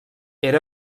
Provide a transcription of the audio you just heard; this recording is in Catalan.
era